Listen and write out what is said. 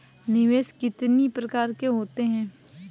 निवेश कितनी प्रकार के होते हैं?